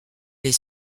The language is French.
les